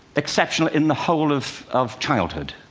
exceptional in the whole of of childhood.